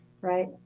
right